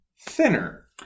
thinner